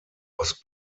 was